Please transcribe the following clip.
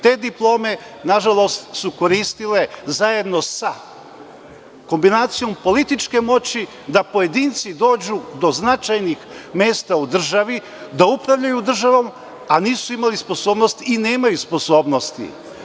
Te diplome su koristile, nažalost, zajedno sa kombinacijom političke moći, da pojedinci dođu do značajnih mesta u državi, da upravljaju državom, a nisu imali sposobnost i nemaju sposobnosti.